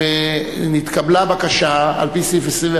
נתקבלה בקשה על-פי סעיף 21